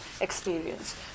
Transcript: experience